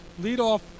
leadoff